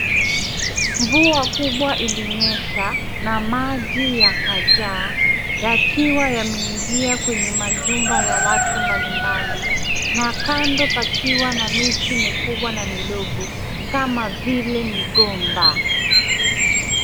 Mvua kubwa ilinyesha, na maji yakajaa. Yakiwa yameingia kwenye majumba ya watu mbalimbali. Na kando pakiwa na miti mikubwa na midogo kama vile migomba.